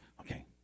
Okay